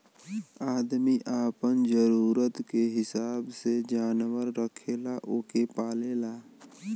आदमी आपन जरूरत के हिसाब से जानवर रखेला ओके पालेला